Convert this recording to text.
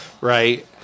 right